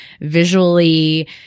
Visually